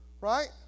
Right